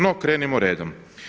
No, krenimo redom.